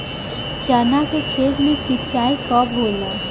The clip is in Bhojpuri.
चना के खेत मे सिंचाई कब होला?